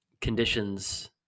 conditions